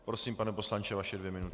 Prosím, pane poslanče, vaše dvě minuty.